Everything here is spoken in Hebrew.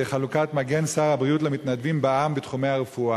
חלוקת מגן שר הבריאות למתנדבים בעם בתחומי הרפואה.